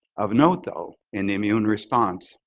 of note, though, in the immune response,